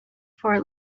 for